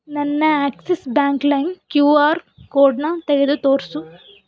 ನನ್ನ Axis bank ಲೈಮ್ Q R ಕೋಡನ್ನ ತೆಗೆದು ತೋರಿಸು